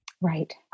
Right